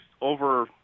over